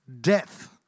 death